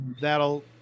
that'll